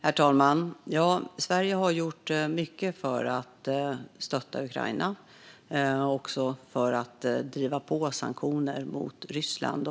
Fru talman! Sverige har gjort mycket för att stötta Ukraina och för att driva på för sanktioner mot Ryssland.